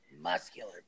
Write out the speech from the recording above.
muscular